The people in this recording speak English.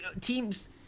teams